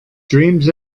dreams